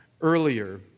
earlier